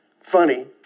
funny